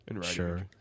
Sure